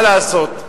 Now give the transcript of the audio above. מה לעשות?